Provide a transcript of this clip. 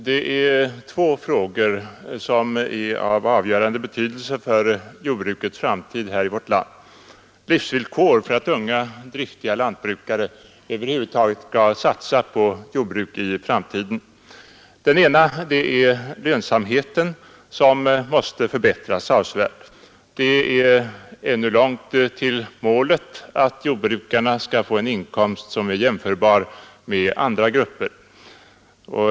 Herr talman! Två frågor är avgörande för jordbrukets framtid i vårt land — livsvillkor för att unga driftiga lantbrukare över huvud taget skall satsa på jordbruk i framtiden. Den ena frågan är lönsamheten, som måste förbättras avsevärt. Det är ännu långt till målet, att jordbrukarna skall få en inkomst som är jämförbar med andra gruppers.